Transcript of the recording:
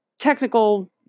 technical